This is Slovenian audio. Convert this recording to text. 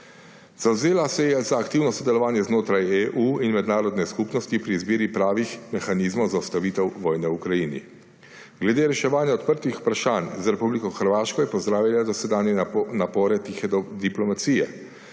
Zavzela se je za aktivno sodelovanje znotraj EU in mednarodne skupnosti pri izbiri pravih mehanizmov za ustavitev vojne v Ukrajini. Glede reševanja odprtih vprašanj z Republiko Hrvaško je pozdravila dosedanje napore tihe diplomacije.